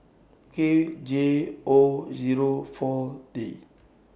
K J O Zero four T